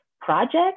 projects